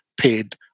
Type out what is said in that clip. paid